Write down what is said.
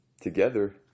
Together